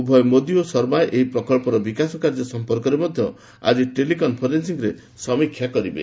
ଉଭୟ ମୋଦୀ ଓ ଶର୍ମା ଏହି ପ୍ରକଳ୍ପର ବିକାଶ କାର୍ଯ୍ୟ ସମ୍ପର୍କରେ ମଧ୍ୟ ଆଜି ଟେଲି କନଫରେନ୍ନିଂରେ ସମୀକ୍ଷା କରିବେ